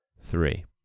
Three